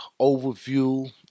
overview